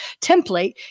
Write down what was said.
template